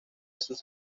sus